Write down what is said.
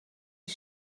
die